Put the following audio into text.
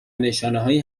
نشانههایی